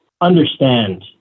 understand